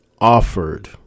offered